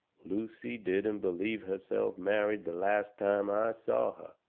lucy didn't believe herself married the last time i saw her.